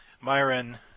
Myron